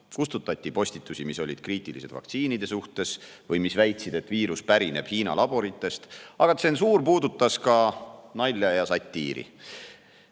Kustutati postitusi, mis olid kriitilised vaktsiinide suhtes või mis väitsid, et viirus pärineb Hiina laboritest. Aga tsensuur puudutas ka nalja ja satiiri.